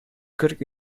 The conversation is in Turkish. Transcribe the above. kırk